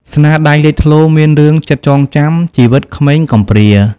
ស្នាដៃលេចធ្លោមានរឿង ចិត្តចងចាំ ជីវិតក្មេងកំព្រា។